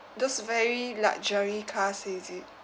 those very luxury cars is it